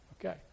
Okay